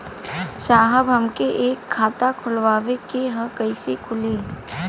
साहब हमके एक खाता खोलवावे के ह कईसे खुली?